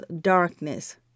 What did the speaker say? darkness